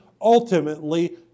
ultimately